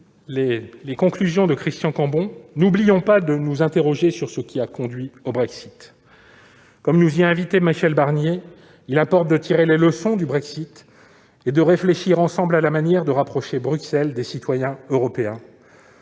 l'a fait Christian Cambon. N'oublions pas de nous interroger sur ce qui a conduit au Brexit. Comme nous y a invités Michel Barnier, il importe de tirer les leçons du Brexit et de réfléchir ensemble à la manière de rapprocher Bruxelles des citoyens européens